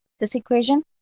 this equation?